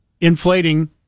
inflating